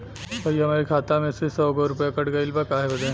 भईया हमरे खाता मे से सौ गो रूपया कट गइल बा काहे बदे?